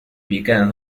began